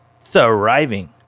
thriving